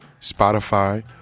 Spotify